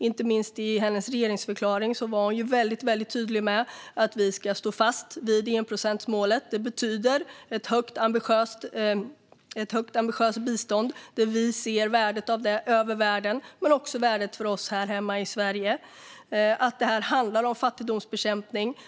Inte minst i hennes regeringsförklaring var hon väldigt tydlig med att vi ska stå fast vid enprocentsmålet. Det betyder ett högt ambitiöst bistånd där vi ser värdet av det över världen men också värdet av det för oss här hemma i Sverige. Det handlar om fattigdomsbekämpning.